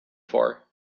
for